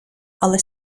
але